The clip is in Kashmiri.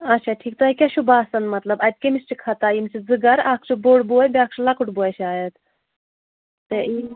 اچھا ٹھیٖک تۄہہِ کیٛاہ چھُو باسان مطلب اَتہِ کٔمِس چھُ خَطا ییٚمِس زٕ گَرٕ اکھ چھُ بوٚڑ بوے بیٛاکھ چھُ لَکُٹ بوے شایَد